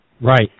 Right